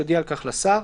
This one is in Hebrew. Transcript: יודיע על כך לשר.